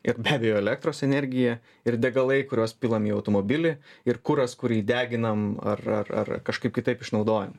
ir be abejo elektros energija ir degalai kuriuos pilam į automobilį ir kuras kurį deginam ar ar ar ar kažkaip kitaip išnaudojam